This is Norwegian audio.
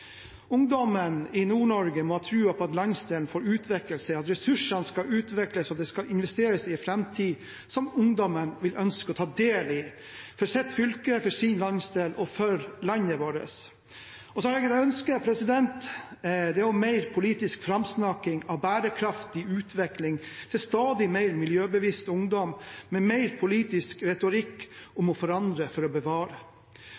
Ungdommen i Nord-Norge må ha troen på at landsdelen får utvikle seg, at ressursene skal utvikles, og at det skal investeres i en framtid som ungdommen vil ønske å ta del i – for sitt fylke, for sin landsdel og for landet vårt. Så har jeg et ønske om mer politisk framsnakking av bærekraftig utvikling til stadig mer miljøbevisst ungdom, med mer politisk retorikk